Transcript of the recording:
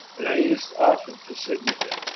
and i used often to sit with him,